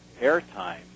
airtime